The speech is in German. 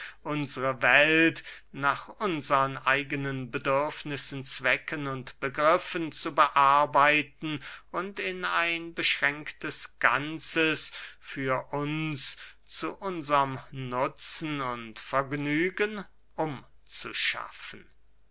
unsre welt nach unsern eigenen bedürfnissen zwecken und begriffen zu bearbeiten und in ein beschränktes ganzes für uns zu unserm nutzen und vergnügen umzuschaffen